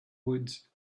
woods